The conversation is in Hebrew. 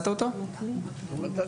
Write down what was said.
בוקר